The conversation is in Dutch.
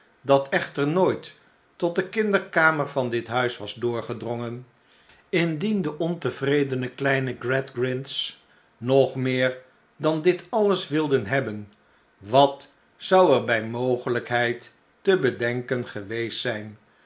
dat echter nooit tot de kinderkamer van dit huis was doorgedrongen indien de ontevredene kleine gradgrind's nog meer dan dit alles wilden hebben wat zou er bij mogelijkheid te bedenken geweest zijn